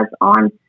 on